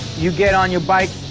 you get on your bike,